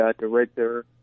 director